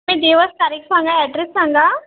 तुम्ही दिवस तारीख सांगा ॲड्रेस सांगा